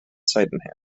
sydenham